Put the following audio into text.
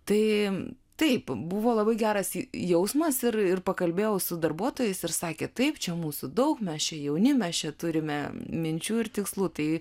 tai taip buvo labai geras jausmas ir ir pakalbėjau su darbuotojais ir sakė taip čia mūsų daug mes čia jauni mes čia turime minčių ir tikslų tai